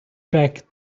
back